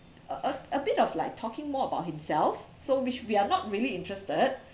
a a bit of like talking more about himself so which we are not really interested